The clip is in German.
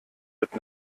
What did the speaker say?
mit